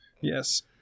Yes